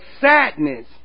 sadness